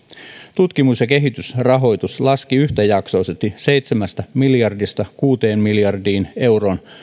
tutkimus ja kehitysrahoitus laski yhtäjaksoisesti seitsemästä miljardista kuuteen miljardiin euroon